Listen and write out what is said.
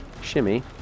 Shimmy